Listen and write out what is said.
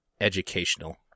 educational